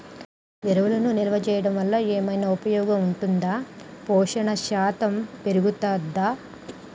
ఎరువులను నిల్వ చేయడం వల్ల ఏమైనా ఉపయోగం ఉంటుందా పోషణ శాతం పెరుగుతదా?